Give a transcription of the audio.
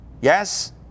Yes